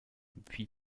puis